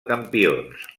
campions